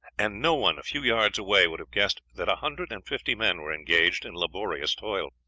and no one a few yards away would have guessed that a hundred and fifty men were engaged in laborious toil.